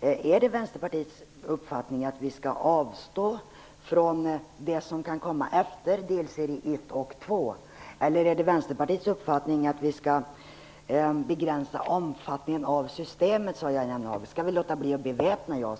Är det Vänsterpartiets uppfattning att vi skall avstå från det som kan komma efter delserie 1 och 2? Eller är det Vänsterpartiets uppfattning att omfattningen av systemet skall begränsas, som Jan Jennehag talade om? Skall vi låta bli att beväpna JAS?